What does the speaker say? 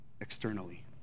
externally